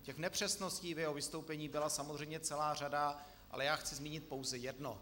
Těch nepřesností v jeho vystoupení byla samozřejmě celá řada, ale já chci zmínit pouze jedno.